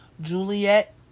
Juliet